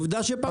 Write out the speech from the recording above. עובדה שפרקנו.